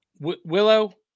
Willow